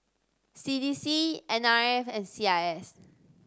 C D C N R F and C I S